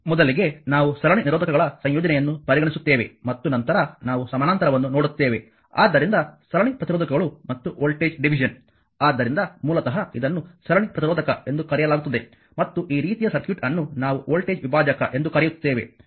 ಮೊದಲಿಗೆ ನಾವು ಸರಣಿ ನಿರೋಧಕಗಳ ಸಂಯೋಜನೆಯನ್ನು ಪರಿಗಣಿಸುತ್ತೇವೆ ಮತ್ತು ನಂತರ ನಾವು ಸಮಾನಾಂತರವನ್ನು ನೋಡುತ್ತೇವೆ ಆದ್ದರಿಂದ ಸರಣಿ ಪ್ರತಿರೋಧಕಗಳು ಮತ್ತು ವೋಲ್ಟೇಜ್ ಡಿವಿಷನ್ ಆದ್ದರಿಂದ ಮೂಲತಃ ಇದನ್ನು ಸರಣಿ ಪ್ರತಿರೋಧಕ ಎಂದು ಕರೆಯಲಾಗುತ್ತದೆ ಮತ್ತು ಈ ರೀತಿಯ ಸರ್ಕ್ಯೂಟ್ ಅನ್ನು ನಾವು ವೋಲ್ಟೇಜ್ ವಿಭಾಜಕ ಎಂದು ಕರೆಯುತ್ತೇವೆ